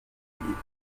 mouillée